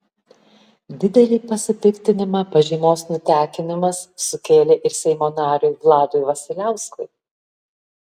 didelį pasipiktinimą pažymos nutekinimas sukėlė ir seimo nariui vladui vasiliauskui